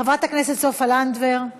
חברת הכנסת סופה לנדבר,